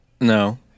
No